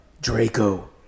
Draco